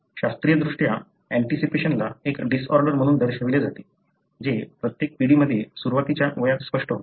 शास्त्रीयदृष्ट्या ऍंटीसिपेशनला एक डिसऑर्डर म्हणून दर्शविले जाते जे प्रत्येक पिढीमध्ये सुरवातीच्या वयात स्पष्ट होते